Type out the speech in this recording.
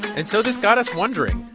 and so this got us wondering.